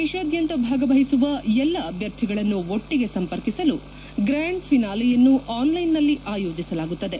ದೇಶಾದ್ಯಂತ ಭಾಗವಹಿಸುವ ಎಲ್ಲಾ ಅಭ್ಯರ್ಥಿಗಳನ್ನು ಒಟ್ಟಿಗೆ ಸಂಪರ್ಕಿಸಲು ಗ್ರ್ಯಾಂಡ್ ಫಿನಾಲೆಯನ್ನು ಆನ್ಲೈನ್ನಲ್ಲಿ ಆಯೋಜಿಸಲಾಗುತ್ತದೆ